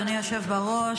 אדוני היושב בראש,